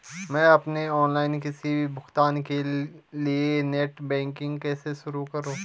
मैं अपने ऑनलाइन किसी भी भुगतान के लिए नेट बैंकिंग कैसे शुरु करूँ?